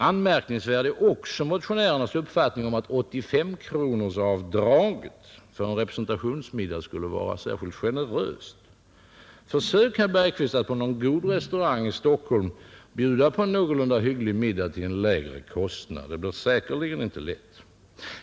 Anmärkningsvärd är också motionärernas uppfattning att 85-kronorsavdraget för en representationsmiddag är generöst. Försök, herr Bergqvist, att på någon god restaurang i Stockholm bjuda på en någorlunda hygglig middag till en lägre kostnad! Det blir säkerligen inte lätt.